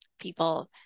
people